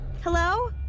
Hello